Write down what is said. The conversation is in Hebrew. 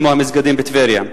כמו המסגדים בטבריה.